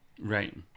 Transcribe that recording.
Right